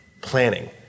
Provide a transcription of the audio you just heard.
planning